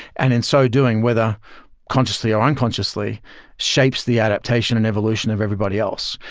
and in so doing, whether consciously or unconsciously shapes the adaptation and evolution of everybody else.